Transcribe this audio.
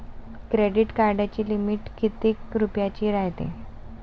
Credit कार्डाची limit कितीक रुपयाची रायते?